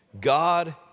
God